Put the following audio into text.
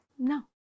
No